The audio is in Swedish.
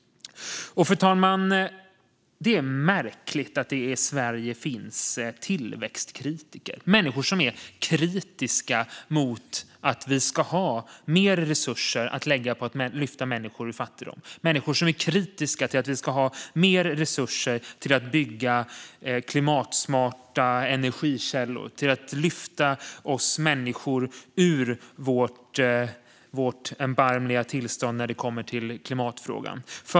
Fru talman! Det är märkligt att det i Sverige finns tillväxtkritiker - människor som är kritiska till att vi ska ha mer resurser att lägga på att lyfta människor ur fattigdom och till att vi ska ha mer resurser till att bygga klimatsmarta energilösningar och till att lyfta oss människor ur vårt erbarmliga tillstånd när det gäller klimatfrågan.